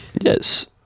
Yes